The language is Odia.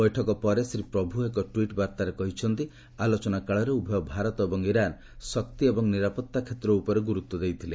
ବୈଠକ ପରେ ଶ୍ରୀ ପ୍ରଭ୍ତ ଏକ ଟ୍ୱିଟ୍ ବାର୍ତ୍ତାରେ କହିଛନ୍ତି ଆଲୋଚନାକାଳରେ ଉଭୟ ଭାରତ ଏବଂ ଇରାନ୍ ଶକ୍ତି ଏବଂ ନିରାପତ୍ତା କ୍ଷେତ୍ର ଉପରେ ଗୁରୁତ୍ୱ ଦେଇଥିଲେ